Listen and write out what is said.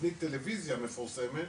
בתוכנית טלוויזיה מפורסמת,